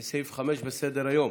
בבקשה.